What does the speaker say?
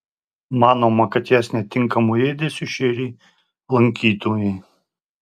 manoma kad jas netinkamu ėdesiu šėrė lankytojai